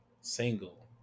single